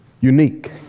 unique